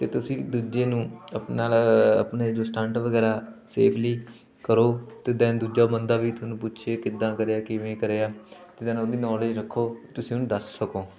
ਅਤੇ ਤੁਸੀਂ ਦੂਜੇ ਨੂੰ ਆਪ ਨਾਲ ਆਪਣੇ ਜੋ ਸਟੰਟ ਵਗੈਰਾ ਸੇਫਲੀ ਕਰੋ ਅਤੇ ਦੈਨ ਦੂਜਾ ਬੰਦਾ ਵੀ ਤੁਹਾਨੂੰ ਪੁੱਛੇ ਕਿੱਦਾਂ ਕਰਿਆ ਕਿਵੇਂ ਕਰਿਆ ਤਾਂ ਦੈਨ ਓਨੀ ਨੌਲੇਜ ਰੱਖੋ ਤੁਸੀਂ ਉਹਨੂੰ ਦੱਸ ਸਕੋ